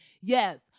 Yes